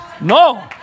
No